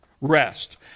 rest